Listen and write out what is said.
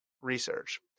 research